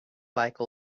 like